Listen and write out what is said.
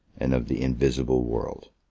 and of the invisible world.